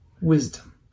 wisdom